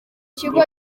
kigo